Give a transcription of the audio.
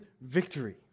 victory